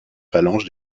phalange